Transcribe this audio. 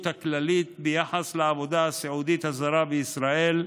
הכללית ביחס לעבודת הסיעוד הזרה בישראל,